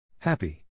Happy